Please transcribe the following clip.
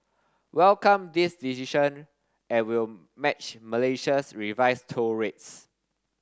welcome this decision and will match Malaysia's revised toll rates